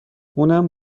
اونم